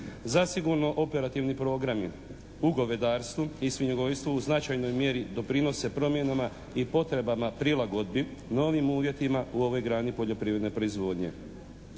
Zasigurno operativni programi u govedarstvu i svinjogojstvu u značajnoj mjeri doprinose promjenama i potrebama prilagodbi novim uvjetima u ovoj grani poljoprivredne proizvodnje.